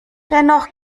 dennoch